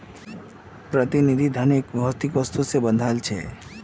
प्रतिनिधि धन एक भौतिक वस्तु से बंधाल छे